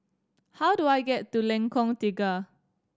how do I get to Lengkong Tiga